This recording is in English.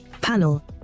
panel